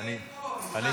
מאיר פה, נמצא.